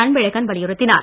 அன்பழகன் வலியுறுத்தினார்